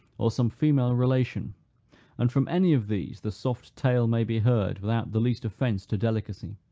or some female relation and from any of these the soft tale may be heard without the least offence to delicacy.